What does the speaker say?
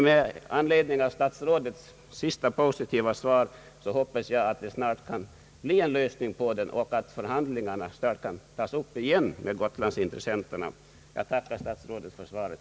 Med anledning av statsrådets positiva svar hoppas jag att det skall bli en snar lösning av denna fråga och att förhandlingarna med gotlandsintressenterna skall tas upp igen. Jag tackar statsrådet för svaret.